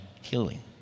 healing